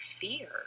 fear